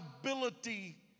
ability